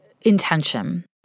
intention